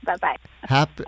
bye-bye